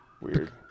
Weird